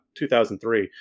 2003